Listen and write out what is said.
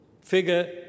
figure